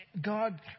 God